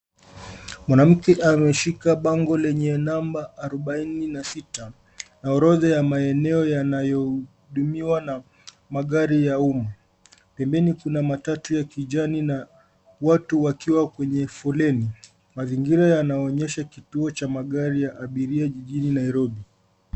Mwanamke ameshika bango lenye namba arubaini na sita na orodha ya maeneo yanayohudumiwa na magari ya umma. Pembeni kuna matatu ya kijani na watu wakiwa kwenye foleni. Mazingira yanaonyesha kituo cha magari ya abiria jijini Nairobi.